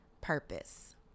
purpose